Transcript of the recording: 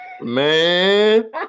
Man